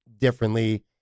differently